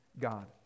God